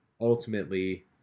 ultimately